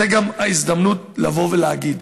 זו גם ההזדמנות לבוא להגיד: